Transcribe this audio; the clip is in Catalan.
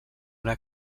una